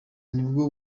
nibwo